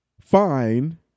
fine